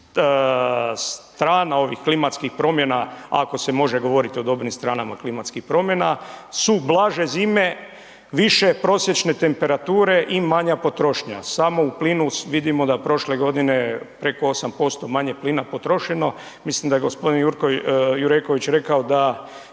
dobrih strana ovih klimatskih promjena, ako se može govoriti o dobrim stranama klimatskih promjena, su blaže zime, više prosječne temperature i manja potrošnja, samo u plinu vidimo da je prošle godine preko 8% manje plina potrošeno, mislim da je g. Jureković rekao da